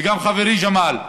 וגם חברי ג'מאל: